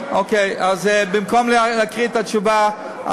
אוקיי, אז במקום להקריא את התשובה,